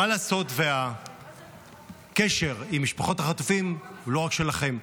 מה לעשות והקשר עם משפחות החטופים הוא לא רק שלכם.